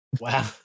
wow